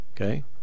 okay